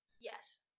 Yes